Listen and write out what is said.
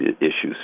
issues